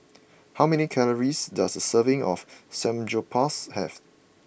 how many calories does a serving of Samgyeopsal have